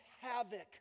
havoc